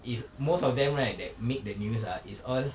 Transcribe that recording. is most of them right that make the news ah is all